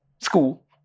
School